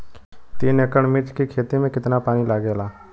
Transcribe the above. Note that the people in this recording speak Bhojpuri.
तीन एकड़ मिर्च की खेती में कितना पानी लागेला?